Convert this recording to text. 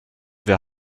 wir